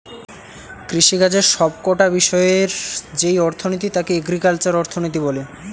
কৃষিকাজের সব কটা বিষয়ের যেই অর্থনীতি তাকে এগ্রিকালচারাল অর্থনীতি বলে